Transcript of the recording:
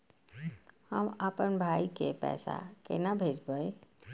हम आपन भाई के पैसा केना भेजबे?